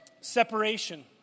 Separation